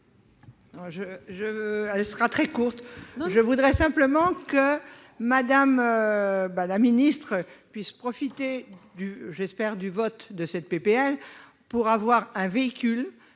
elle sera très courte, donc je voudrais simplement que Madame bah la ministre puisse profiter du j'espère du vote de cette PPL pour avoir un véhicule